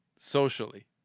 Socially